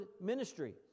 ministry